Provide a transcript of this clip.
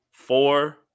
Four